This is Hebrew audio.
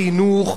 חינוך,